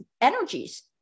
energies